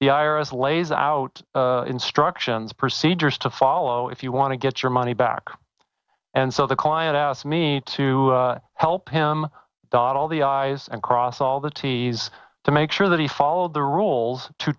the i r s lays out instructions procedures to follow if you want to get your money back and so the client asked me to help him dot all the i's and cross all the t's to make sure that he followed the rules to